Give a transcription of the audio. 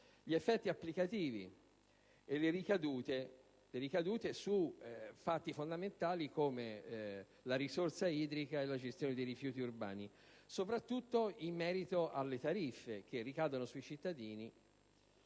gli effetti applicativi e le ricadute su elementi fondamentali come la risorsa idrica e la gestione dei rifiuti urbani, soprattutto in riferimento alle tariffe che ricadono sui cittadini.